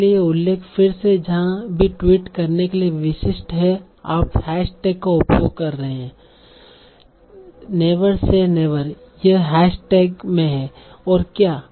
इसलिए यह उल्लेख फिर से जहाँ भी ट्वीट करने के लिए विशिष्ट है और आप हैश टैग का उपयोग कर रहे हैं neversaynever यह हैश टैग में है और क्या